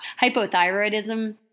hypothyroidism